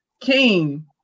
King